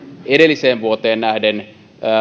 edelliseen vuoteen nähden